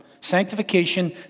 Sanctification